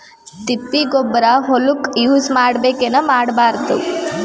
ತಿಪ್ಪಿಗೊಬ್ಬರ ಹೊಲಕ ಯೂಸ್ ಮಾಡಬೇಕೆನ್ ಮಾಡಬಾರದು?